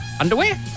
underwear